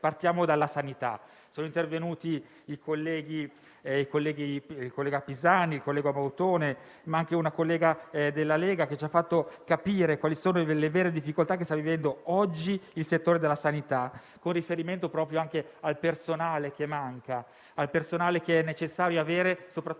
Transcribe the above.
Parto dalla sanità. Sono intervenuti i colleghi Giuseppe Pisani e Mautone, ma anche una collega della Lega che ci ha fatto capire quali sono le vere difficoltà che sta vivendo oggi il settore della sanità con riferimento proprio anche al personale che manca, al personale necessario soprattutto